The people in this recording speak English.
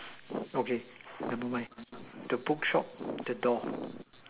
okay never mind the book shop the door